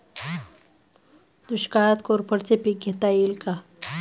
दुष्काळात कोरफडचे पीक घेता येईल का?